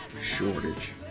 shortage